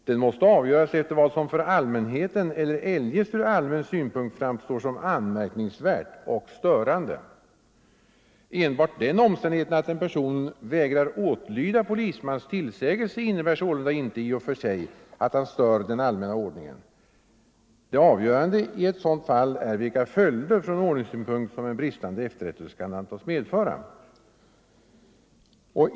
Den måste avgöras efter vad som för allmänheten eller eljest ur allmän synpunkt framstår som anmärkningsvärt och störande. Enbart den omständigheten att en person vägrar åtlyda polismans tillsägelse innebär sålunda inte i och för sig att han stör den allmänna ordningen. Det avgörande i ett sådant fall är vilka följder från ordningssynpunkt som en bristande efterrättelse kan antas medföra.